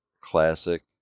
Classic